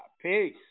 Peace